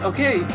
Okay